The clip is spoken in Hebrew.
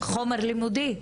חומר לימודי.